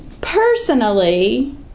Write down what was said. Personally